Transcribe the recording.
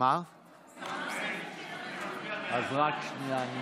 אז רק שנייה.